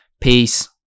Peace